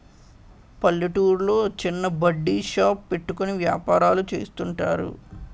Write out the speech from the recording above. పల్లెటూర్లో చిన్న బడ్డీ షాప్ పెట్టుకుని వ్యాపారాలు చేస్తుంటారు